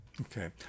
Okay